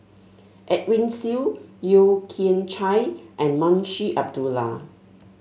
Edwin Siew Yeo Kian Chai and Munshi Abdullah